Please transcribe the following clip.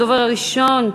הדובר הראשון,